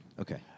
Okay